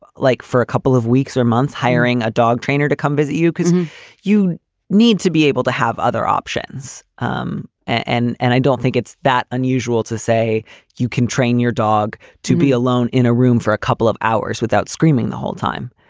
like for a couple of weeks or months hiring a dog trainer to come visit you because you need to be able to have other options. um and and i don't think it's that unusual to say you can train your dog to be alone in a room for a couple of hours without screaming the whole time.